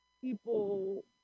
people